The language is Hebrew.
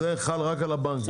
זה חל רק על הבנקים.